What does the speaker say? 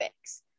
fix